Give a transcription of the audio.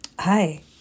Hi